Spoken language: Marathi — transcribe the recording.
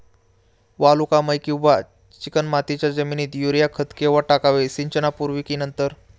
वालुकामय किंवा चिकणमातीच्या जमिनीत युरिया खत केव्हा टाकावे, सिंचनापूर्वी की नंतर?